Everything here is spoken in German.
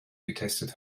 getestet